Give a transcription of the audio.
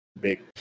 big